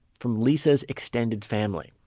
from lisa's extended family.